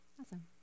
Awesome